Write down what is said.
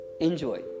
enjoy